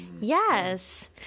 Yes